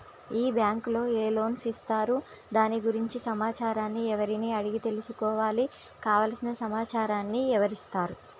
ఈ బ్యాంకులో ఏ లోన్స్ ఇస్తారు దాని గురించి సమాచారాన్ని ఎవరిని అడిగి తెలుసుకోవాలి? కావలసిన సమాచారాన్ని ఎవరిస్తారు?